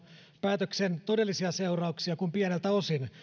päätöksen todellisia seurauksia kuin pieneltä osin